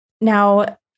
now